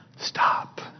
Stop